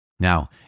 Now